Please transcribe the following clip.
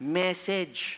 message